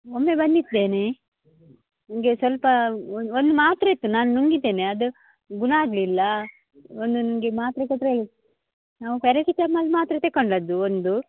ಮೊನ್ನೆ ಬಂದಿದ್ದೇನೆ ನನಗೆ ಸ್ವಲ್ಪ ಒಂದು ಮಾತ್ರೆ ಇತ್ತು ನಾನು ನುಂಗಿದ್ದೇನೆ ಅದು ಗುಣ ಆಗಲಿಲ್ಲ ಒಂದು ನನಗೆ ಮಾತ್ರೆ ಕೊಟ್ಟರೆ ನಾವು ಪೆರಾಸಿಟಮಲ್ ಮಾತ್ರೆ ತಗೊಂಡದ್ದು ಒಂದು